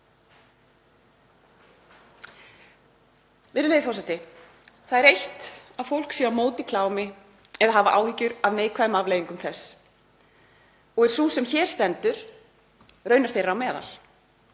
Virðulegi forseti. Það er eitt að fólk sé á móti klámi eða hafi áhyggjur af neikvæðum afleiðingum þess. Sú sem hér stendur er raunar þeirra á meðal.